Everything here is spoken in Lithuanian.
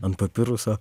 ant papiruso